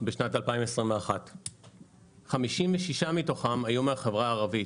בשנת 2021. 56 מתוכם היו מהחברה הערבית,